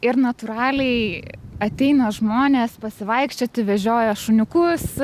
ir natūraliai ateina žmonės pasivaikščioti vežioja šuniukus